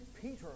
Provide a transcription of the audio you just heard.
Peter